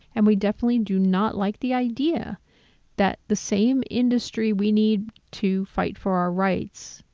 and we definitely do not like the idea that the same industry we need to fight for our rights,